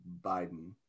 Biden